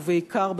ובעיקר,